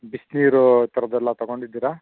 ಬಿಸಿನೀರು ಥರದ್ ಎಲ್ಲ ತಗೊಂಡಿದ್ದೀರಾ